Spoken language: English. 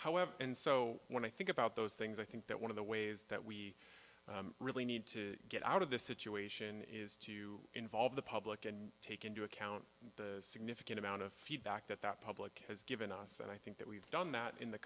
however and so when i think about those things i think that one of the ways that we really need to get out of this situation is to involve the public and take into account the significant amount of feedback that that public has given us and i think that we've done that in the